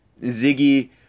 Ziggy